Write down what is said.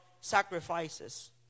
sacrifices